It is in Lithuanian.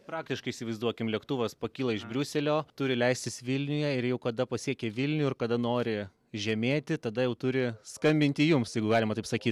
praktiškai įsivaizduokim lėktuvas pakyla iš briuselio turi leistis vilniuje ir jau kada pasiekė vilnių ir kada nori žemėti tada jau turi skambinti jums jeigu galima taip sakyt